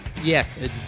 Yes